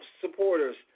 supporters